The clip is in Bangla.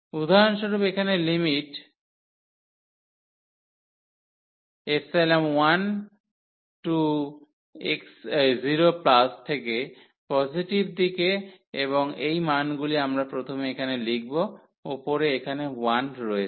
উদাহরণস্বরূপ এখানে 10 থেকে পজিটিভ দিকে এবং এই মানগুলি আমরা প্রথমে এখানে লিখব উপরে এখানে 1 রয়েছে